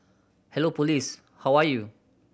hello police how are you